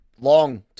long